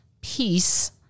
peace